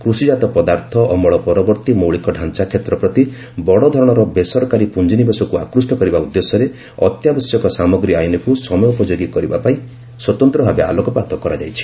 କୃଷିକାତ ପଦାର୍ଥ ଅମଳ ପରବର୍ତ୍ତୀ ମୌଳିକ ଢାଞ୍ଚା କ୍ଷେତ୍ର ପ୍ରତି ବଡ଼ ଧରଣର ବେସରକାରୀ ପୁଞ୍ଜିନିବେଶକୁ ଆକୃଷ୍ଟ କରିବା ଉଦ୍ଦେଶ୍ୟରେ ଅତ୍ୟାବଶ୍ୟକ ସାମଗ୍ରୀ ଆଇନକୁ ସମୟୋପଯୋଗୀ କରିବା ପ୍ରତି ସ୍ୱତନ୍ତ୍ର ଭାବେ ଆଲୋକପାତ କରାଯାଇଛି